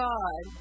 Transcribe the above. God